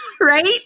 right